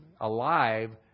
alive